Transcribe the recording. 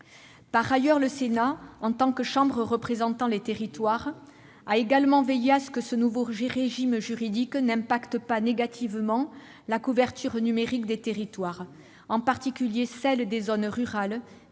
opérateurs. Le Sénat, en tant que chambre représentant les territoires, a également veillé à ce que ce nouveau régime juridique n'emporte aucune conséquence négative sur la couverture numérique des territoires, en particulier celle des territoires